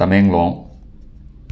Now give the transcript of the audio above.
Tamenglong